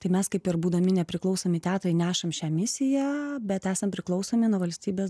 tai mes kaip ir būdami nepriklausomi teatrai nešam šią misiją bet esam priklausomi nuo valstybės